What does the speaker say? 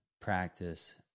practice